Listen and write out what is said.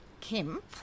Kim